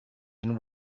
and